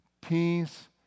peace